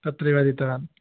तत्रेव अधीतवान्